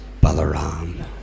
Balaram